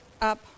up